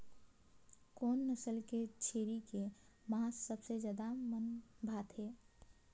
कोन नस्ल के छेरी के मांस सबले ज्यादा मन भाथे?